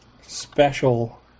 special